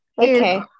Okay